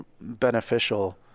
beneficial